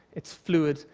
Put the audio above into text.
it's fluid,